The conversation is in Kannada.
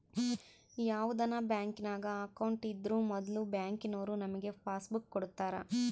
ಯಾವುದನ ಬ್ಯಾಂಕಿನಾಗ ಅಕೌಂಟ್ ಇದ್ರೂ ಮೊದ್ಲು ಬ್ಯಾಂಕಿನೋರು ನಮಿಗೆ ಪಾಸ್ಬುಕ್ ಕೊಡ್ತಾರ